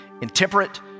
intemperate